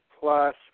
plus